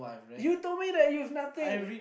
you told them that you've nothing